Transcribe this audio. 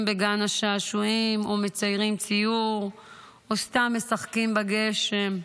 בגן השעשועים או מציירים ציור או סתם משחקים בגשם.